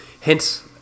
Hence